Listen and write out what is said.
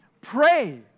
Pray